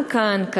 גם כאן,